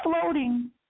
floating